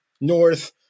north